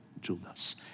Judas